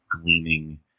gleaming